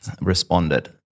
responded